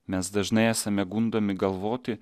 mes dažnai esame gundomi galvoti